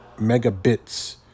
megabits